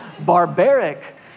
barbaric